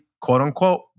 quote-unquote